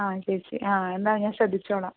ആ ചേച്ചി ആ എന്നാൽ ഞാൻ ശ്രദ്ധിച്ചോളാം